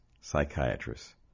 psychiatrist